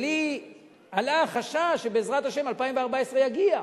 ואצלי עלה החשש שבעזרת השם 2014 יגיע,